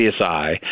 CSI